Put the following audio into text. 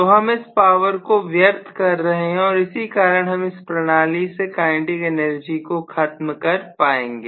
तो हम इस पावर को व्यर्थ करने में सक्षम है और इसी के कारण हम इस प्रणाली से काइनेटिक एनर्जी को खत्म कर पाएंगे